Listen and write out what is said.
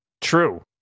True